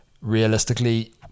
Realistically